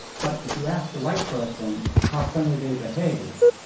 but if you asked the white person how friendly they behaved,